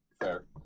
Fair